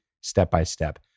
step-by-step